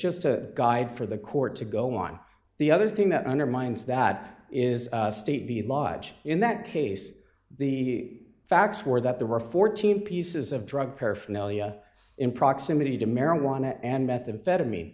just a guide for the court to go on the other thing that undermines that is stevie lives in that case the facts were that there were fourteen pieces of drug paraphernalia in proximity to marijuana and methamphetamine